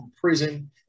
prison